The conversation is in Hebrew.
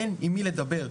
אין עם מי לדבר.